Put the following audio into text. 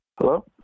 Hello